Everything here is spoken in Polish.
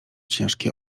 ciężki